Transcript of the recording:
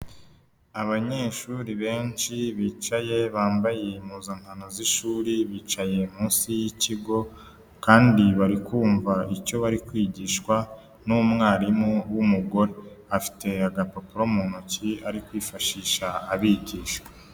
Abanyeshuri benshi bicaye bambaye impuzankano z'ishuri bicaye munsi y'ikigo kandi bari kumva icyo bari kwigishwa n'umwarimu w'umugore afite agapapuro mu ntoki ari kwifashisha abigisha.